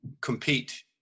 compete